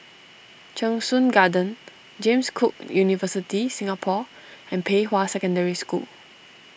Cheng Soon Garden James Cook University Singapore and Pei Hwa Secondary School